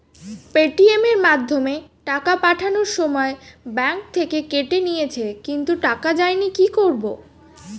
Paytm এর মাধ্যমে টাকা পাঠানোর সময় ব্যাংক থেকে কেটে নিয়েছে কিন্তু টাকা যায়নি কি করব?